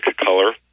color